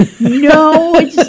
No